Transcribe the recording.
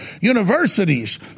universities